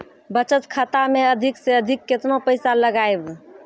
बचत खाता मे अधिक से अधिक केतना पैसा लगाय ब?